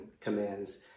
commands